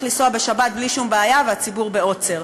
לנסוע בשבת בלי שום בעיה והציבור בעוצר.